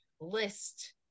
list